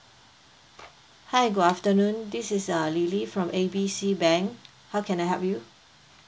hi good afternoon this is uh lily from A B C bank how can I help you